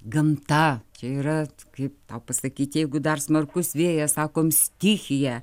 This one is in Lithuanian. gamta čia yra kaip tau pasakyt jeigu dar smarkus vėjas sakom stichija